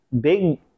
big